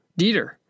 Dieter